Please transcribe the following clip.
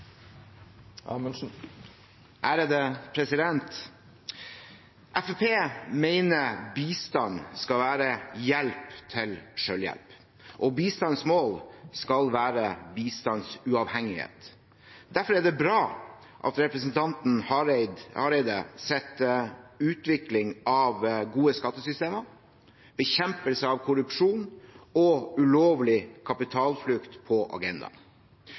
mener bistand skal være hjelp til selvhjelp, og bistandens mål skal være bistandens uavhengighet. Derfor er det bra at representanten Hareide setter utvikling av gode skattesystemer, bekjempelse av korrupsjon og ulovlig kapitalflukt på agendaen.